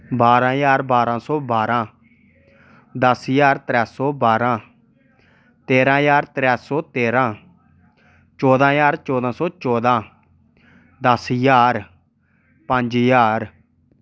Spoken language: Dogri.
बारां ज्हार बारां सौ बारां दस्स ज्हार त्रैऽ सौ बारां ज्हार त्रैऽ सौ तेरां चौदां ज्हार चौदां सौ चौदां दस्स ज्हार पंज ज्हार